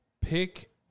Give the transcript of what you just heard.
Pick